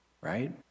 right